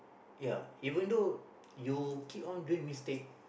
ya even though you keep on doing mistake